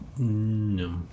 No